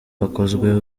hakozwe